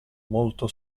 molto